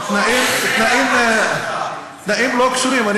התנאים לא קשורים.